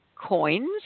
coins